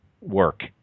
work